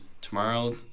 tomorrow